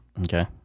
Okay